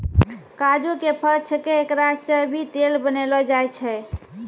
काजू के फल छैके एकरा सॅ भी तेल बनैलो जाय छै